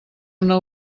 una